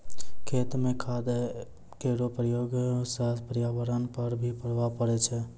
खेत म खाद केरो प्रयोग सँ पर्यावरण पर भी प्रभाव पड़ै छै